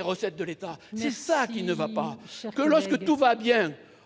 recettes de l'État : c'est ça qui ne va pas.